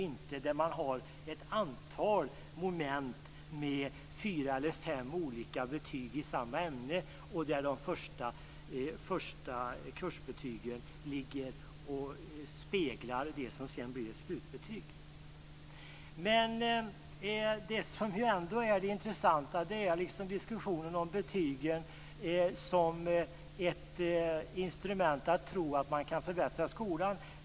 Det ska inte vara ett antal moment med fyra eller fem olika betyg i samma ämne och där de första kursbetygen speglas i slutbetyget. Det som är det intressanta är diskussionen om betygen som ett instrument för att förbättra skolan.